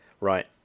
right